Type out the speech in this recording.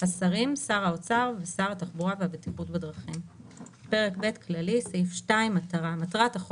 חסון ושר התחבורה מרואיין בה אני גם